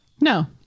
no